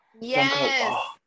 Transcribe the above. yes